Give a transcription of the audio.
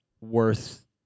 worth